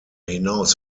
hinaus